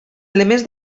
elements